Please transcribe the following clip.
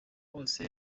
hose